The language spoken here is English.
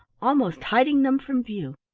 almost hiding them from view.